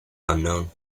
unknown